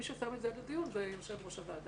מי ששם את זה לדיון הוא יושב-ראש הוועדה,